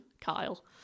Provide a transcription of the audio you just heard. Kyle